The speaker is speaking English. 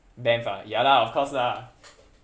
banff ah ya lah of course lah